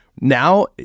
Now